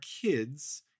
kids